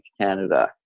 Canada